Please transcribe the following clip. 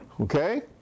Okay